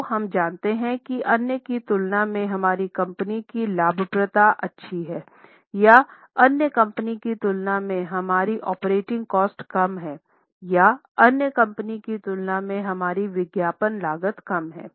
तो हम जानते हैं कि अन्य की तुलना में हमारी कंपनी की लाभप्रदता अच्छी है या अन्य कंपनी की तुलना में हमारी ऑपरेटिंग कास्टकम हैं या अन्य कंपनी की तुलना में हमारी विज्ञापन लागत कम है